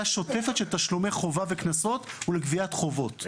שוטפת של תשלומי חובה וקנסות ולגביית חובות.